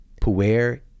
PUER